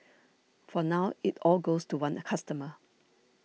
for now it all goes to one a customer